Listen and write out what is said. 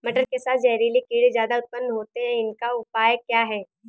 मटर के साथ जहरीले कीड़े ज्यादा उत्पन्न होते हैं इनका उपाय क्या है?